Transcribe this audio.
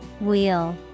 Wheel